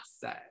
say